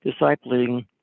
discipling